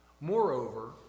Moreover